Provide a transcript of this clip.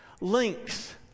links